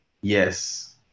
yes